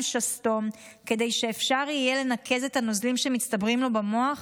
שסתום כדי שאפשר יהיה לנקז את הנוזלים שמצטברים לו במוח,